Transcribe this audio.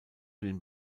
den